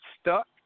stuck